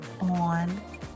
on